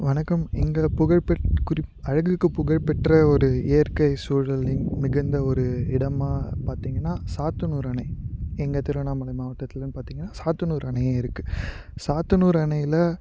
வணக்கம் இங்கே புகழ்பெற் குறிப் அழகுக்கு புகழ்பெற்ற ஒரு இயற்கை சூழ்நிலை மிகுந்த ஒரு இடமாக பார்த்தீங்கன்னா சாத்தனூர் அணை எங்கள் திருவண்ணாமலை மாவட்டத்தில்ன்னு பார்த்தீங்கன்னா சாத்தனூர் அணை இருக்கு சாத்தனூர் அணையில